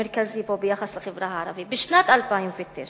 המרכזי, ביחס לחברה הערבית: בשנת 2009